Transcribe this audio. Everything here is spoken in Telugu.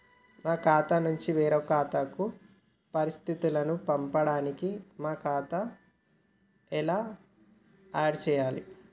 మా ఖాతా నుంచి వేరొక ఖాతాకు పరిస్థితులను పంపడానికి మా ఖాతా ఎలా ఆడ్ చేయాలి?